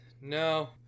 no